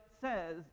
says